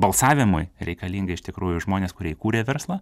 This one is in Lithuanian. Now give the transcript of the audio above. balsavimui reikalinga iš tikrųjų žmonės kurie įkūrė verslą